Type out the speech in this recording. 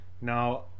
Now